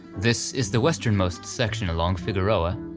this is the westernmost section along figueroa.